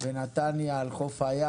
ונתניה על חוף הים,